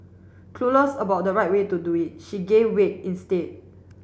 clueless about the right way to do it she gained weight instead